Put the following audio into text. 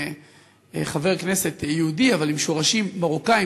כחבר כנסת יהודי אבל עם שורשים מרוקאיים,